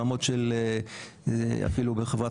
ברמת שאפילו בחברת